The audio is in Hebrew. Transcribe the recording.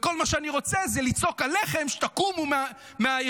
כל מה שאני רוצה זה לצעוק עליכם שתקומו מהישיבות,